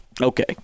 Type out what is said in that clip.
Okay